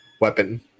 weapon